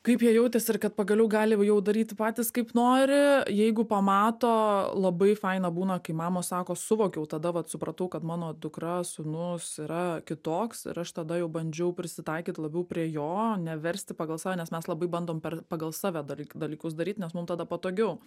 kaip jie jautėsi ir kad pagaliau gali jau daryti patys kaip nori jeigu pamato labai faina būna kai mamos sako suvokiau tada vat supratau kad mano dukra sūnus yra kitoks ir aš tada jau bandžiau prisitaikyt labiau prie jo neversti pagal save nes mes labai bandom per pagal save dary dalykus daryt nes mum tada patogiau